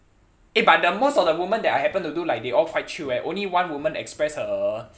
eh but the most of the woman that I happen to do like they all quite chill eh only one woman express her